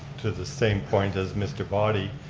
to the same point as mr. boddy,